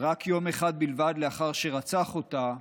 רק יום אחד בלבד לאחר שרצח אותה,